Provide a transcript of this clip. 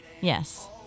yes